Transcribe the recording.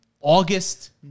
August